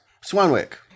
Swanwick